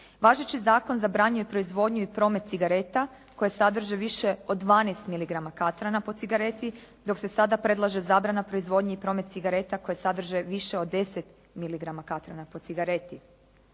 Važeći zakon zabranjuje proizvodnju i promet cigareta koje sadrže više od 12 miligrama katrana po cigareti dok se sada predlaže zabrana proizvodnje i promet cigareta koje sadrže više od 10 miligrama katrana po cigareti.